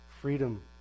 freedom